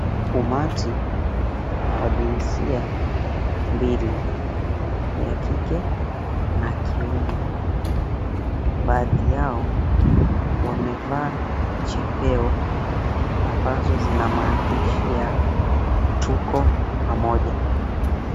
Umati wa jinsia mbili, ya kike na kiume. Baadhi yao wamevaa chepeo, ambazo zina maandishi ya, Tuko pamoja.